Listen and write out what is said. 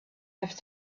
have